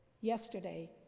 yesterday